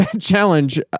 challenge